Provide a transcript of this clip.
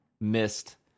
missed